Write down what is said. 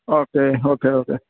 okay okay okay